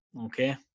Okay